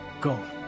Go